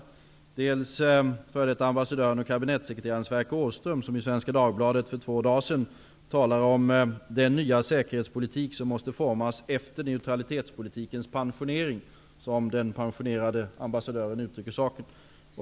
Jag tänker för det första på f.d. ambassadören och kabinettssekreteraren Sverker Åström, som i Svenska Dagbladet för två dagar sedan talade om den nya säkerhetspolitik som måste formas efter neutralitetspolitikens pensionering, som den pensionerade ambassadören uttrycker saken.